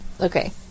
Okay